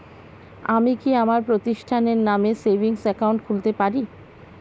আমি কি আমার প্রতিষ্ঠানের নামে সেভিংস একাউন্ট খুলতে পারি?